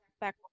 back